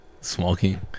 Smoking